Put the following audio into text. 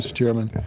ah chairman.